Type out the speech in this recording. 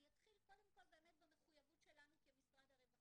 אני אתחיל קודם כל במחויבות שלנו כמשרד הרווחה.